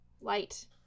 light